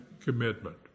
commitment